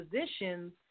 positions